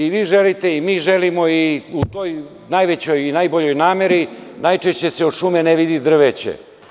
I vi želite i mi želimo i u toj najvećoj i najboljoj nameri najčešće se i od šume ne vidi drveće.